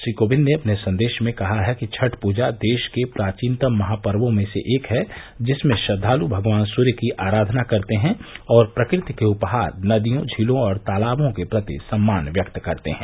श्री कोविंद ने अपने संदेश में कहा है कि छठ पूजा देश के प्राचीनतम महापवों में से एक है जिसमें श्रद्वालु भगवान सूर्य की आराघना करते है और प्रकृति के उपहार नदियों झीलों और तालाबों के प्रति सम्मान व्यक्त करते हैं